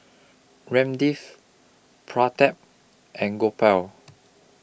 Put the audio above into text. Ramdev Pratap and Gopal